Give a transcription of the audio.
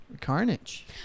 Carnage